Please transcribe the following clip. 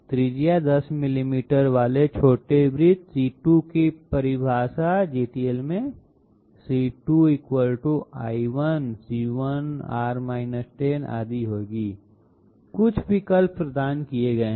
त्रिज्या 10 मिलीमीटर वाले छोटे वृत्त c2 की परिभाषा GTL में c2 l1 c1 r 10 आदि होगी कुछ विकल्प प्रदान किए गए हैं